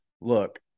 Look